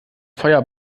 feuer